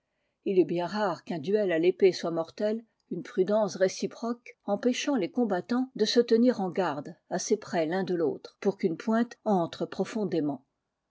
ii est bien rare qu'un due à l'épée soit mortel une prudence réciproque empêchant les combattants de se tenir en garde assez près l'un de l'autre pour qu'une pointe entre profondément